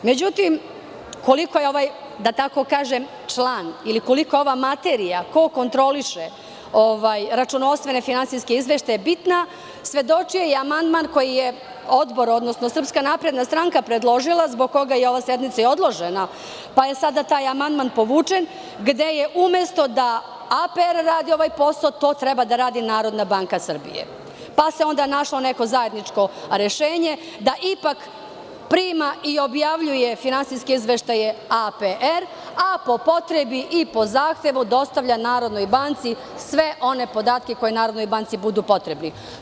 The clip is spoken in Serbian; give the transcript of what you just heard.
Međutim, koliko je ovaj, da tako kažem, član ili koliko je ova materija, ko kontroliše računovodstvene finansijske izveštaje, bitna, svedočio je i amandman koji je odbor, odnosno SNS predložila, zbog koga je ova sednica i odložena, pa je sada taj amandman povučen, gde je umesto da APR radi ovaj posao, to treba da radi NBS, pa se onda našlo neko zajedničko rešenje da ipak prima i objavljuje finansijske izveštaje APR, a po potrebi i po zahtevu dostavlja NBS sve one podatke koji budu potrebni.